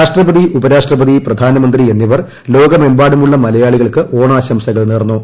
രാഷ്ട്രപതി ഉപരാഷ്ട്രപതി പ്രധാനമന്ത്രി എന്നിവർ ലോകമെമ്പാടുമുള്ള മലയാളികൾക്ക് ഓണാശംസകൾ നേർന്നു